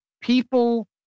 people